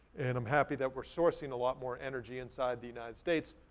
and i'm happy that we're sourcing a lot more energy inside the united states.